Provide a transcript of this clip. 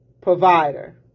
provider